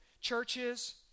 churches